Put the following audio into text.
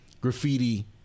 graffiti